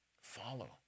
Follow